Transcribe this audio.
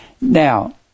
Now